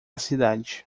cidade